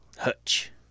Hutch